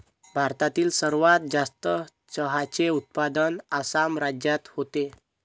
भारतातील सर्वात जास्त चहाचे उत्पादन आसाम राज्यात होते